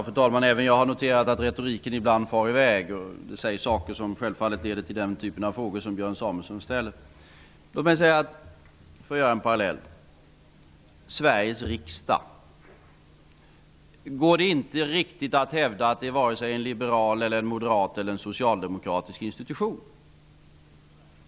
Fru talman! Även jag har noterat att retoriken ibland far i väg. Det sägs saker som självfallet leder till den typ av frågor som Björn Samuelson ställde. Låt mig dra en parallell. Det går inte riktigt att hävda att Sveriges riksdag vare sig är en liberal, en moderat eller en socialdemokratisk institution.